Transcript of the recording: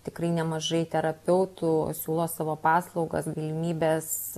tikrai nemažai terapeutų siūlo savo paslaugas galimybes